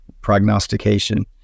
prognostication